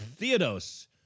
Theodos